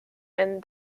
and